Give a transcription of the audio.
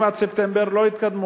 אם עד ספטמבר לא יתקדמו,